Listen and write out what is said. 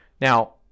Now